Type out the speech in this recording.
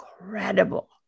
Incredible